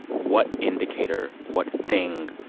what indicator, what thing,